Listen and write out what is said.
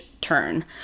turn